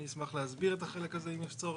אני אשמח להסביר את החלק הזה אם יש צורך.